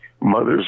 mother's